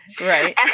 Right